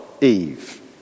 Eve